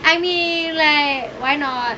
I mean like why not